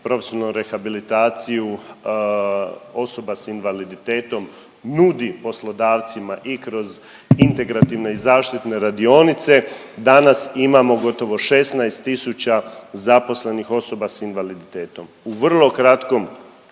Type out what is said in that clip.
profesionalnu rehabilitaciju osoba s invaliditetom nudi poslodavcima i kroz integrativne i zaštite radionice, danas imamo gotovo 16 tisuća zaposlenih osoba s invaliditetom. U vrlo kratkom